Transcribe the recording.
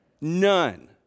none